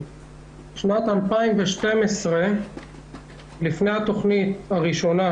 היה 6%. ב-2012 לפני התוכנית הראשונה,